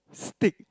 steak